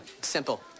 Simple